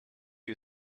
you